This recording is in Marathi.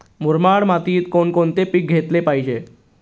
मुरमाड मातीत कोणकोणते पीक घेतले पाहिजे?